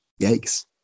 Yikes